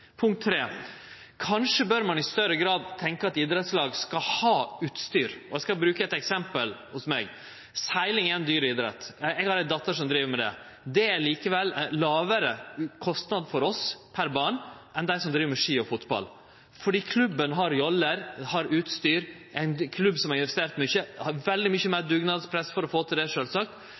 bør ein kanskje i større grad tenkje at idrettslag skal ha utstyr. Eg skal bruke eit eksempel frå meg sjølv. Segling er ein dyr idrett – eg har ei dotter som driv med det. Det er likevel ein lågare kostnad for oss per barn enn for dei som har barn som driv med ski og fotball, fordi klubben har joller, har utstyr. Ein klubb som har investert mykje, har veldig mykje meir dugnadspress for å få til det, sjølvsagt,